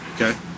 Okay